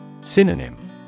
Synonym